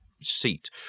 seat